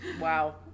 Wow